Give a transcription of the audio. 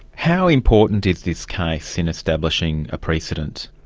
how important is this case in establishing a precedent?